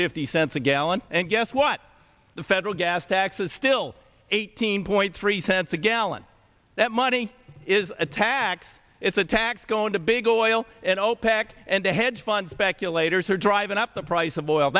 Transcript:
fifty cents a gallon and guess what the federal gas tax is still eighteen point three cents a gallon that money is a tax it's a tax going to big oil and opec and the hedge fund speculators are driving up the price of oil